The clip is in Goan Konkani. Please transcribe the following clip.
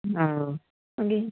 आं मगीं